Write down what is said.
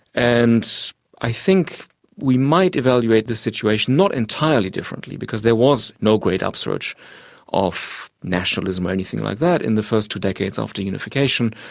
and i think we might evaluate the situation not entirely differently, because there was no great upsurge of nationalism or anything like that in the first two decades after unification.